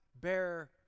bear